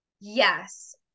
yes